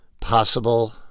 possible